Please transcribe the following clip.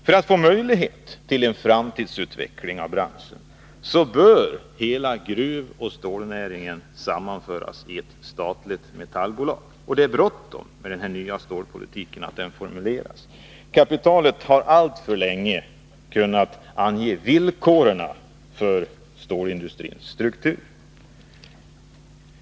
För att få möjlighet till en framtidsutveckling av branschen bör hela gruvoch stålnäringen sammanföras i ett statligt metallbolag. Det är också bråttom med att formulera den nya stålpolitiken. Kapitalet har alltför länge kunnat ange villkoren för stålindustrins struktur.